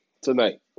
tonight